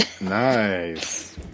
Nice